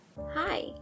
Hi